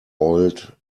oiled